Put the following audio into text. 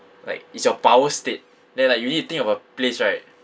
like is your power state then like you need to think of a place right